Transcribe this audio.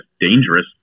dangerous